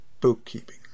bookkeeping